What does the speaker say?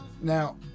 Now